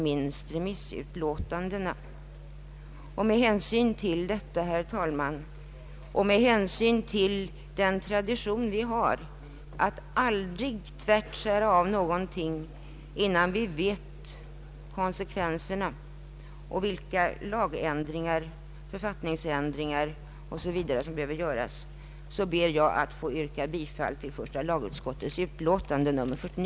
Med hänsyn till detta, och med hänsyn till traditionen att aldrig tvärt skära av något innan vi vet konsekvenserna och vilka lagändringar, författningsändringar etc. som behöver göras, ber jag att få yrka bifall till utskottets hemställan.